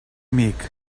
amic